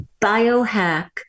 Biohack